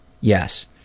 yes